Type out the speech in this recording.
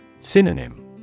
Synonym